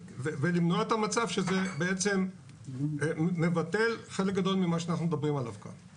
ולמנוע את המצב שזה מבטל חלק גדול ממה שאנחנו מדברים עליו כאן.